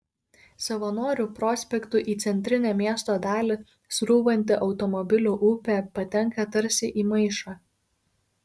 savanorių prospektu į centrinę miesto dalį srūvanti automobilių upė patenka tarsi į maišą